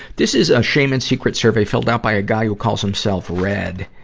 this is a shame and secret survey filled out by a guy who calls himself red.